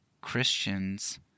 Christians